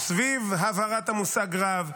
סביב הבהרת המושג רב,